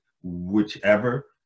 whichever